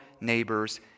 neighbors